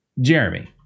Jeremy